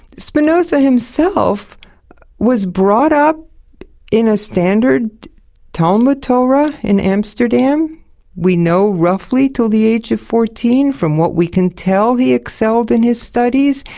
spinoza himself was brought up in a standard talmud torah in amsterdam we know roughly until the age of fourteen, from what we can tell he excelled in his studies.